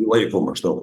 laiko maždaug